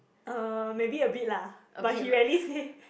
uh maybe a bit lah but he rarely say